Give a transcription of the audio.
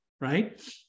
right